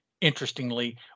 interestingly